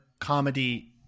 comedy